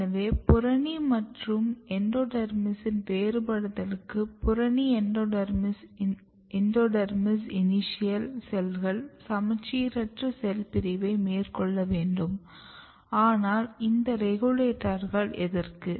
எனவே புறணி மற்றும் எண்டோடெர்மிஸின் வேறுபடுத்தலுக்கு புறணி எண்டோடெர்மிஸ் இனிஷியல் செல்கள் சமச்சீரற்ற செல் பிரிவை மேற்கொள்ள வேண்டும் ஆனால் இந்த ரெகுலேட்டர்கள் எதற்கு